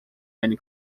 many